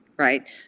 Right